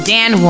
Dan